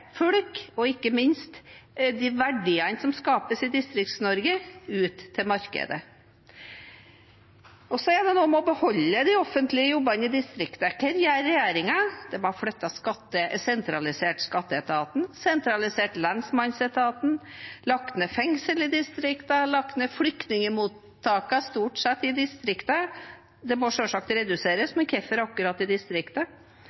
folk og ikke minst de verdiene som skapes i Distrikts-Norge, ut til markedet. Så handler det om å beholde de offentlige jobbene i distriktet. Hva gjør regjeringen? De har sentralisert skatteetaten, sentralisert lensmannsetaten, lagt ned fengsler i distriktene, flyktningmottak er stort sett lagt ned i distriktene. De må selvsagt reduseres,